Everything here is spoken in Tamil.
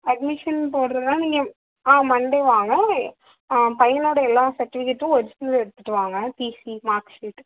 அட்மிஷன் போடுறதுனா நீங்கள் ஆ மண்டே வாங்க ஆ பையனோட எல்லா சர்ட்டிஃபிகேட்டும் ஒரிஜினல் எடுத்துகிட்டு வாங்க டிசி மார்க் சீட்